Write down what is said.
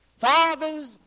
Fathers